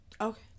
Okay